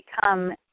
become